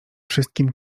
wszystkim